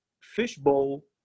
fishbowl